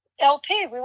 LP